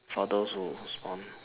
for those who was born